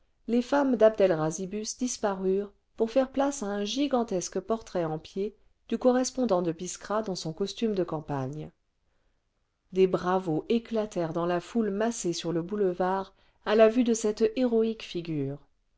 les femmes dabd el razibus disparurent pour faire place à un gigantesque portrait en pied du correspondant de biskra dans son costume de campagne des bravos éclatèrent dans la foule massée sur le boulevard à la vue de cette héroïque figure